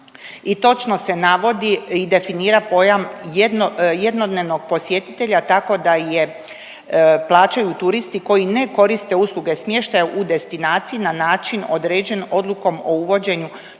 točno se navodi i definira pojam jednodnevnog posjetitelja tako da je plaćaju turisti koji ne koriste usluge smještaja u destinaciji na način određen odlukom o uvođenju turističkog